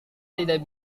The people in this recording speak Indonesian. tidak